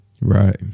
Right